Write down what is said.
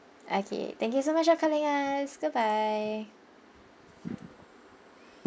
okay thank you so much for calling us goodbye